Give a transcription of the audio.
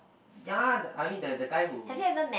ya the I mean the the guy who